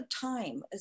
time